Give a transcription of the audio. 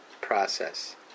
process